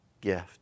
gift